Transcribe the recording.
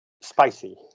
spicy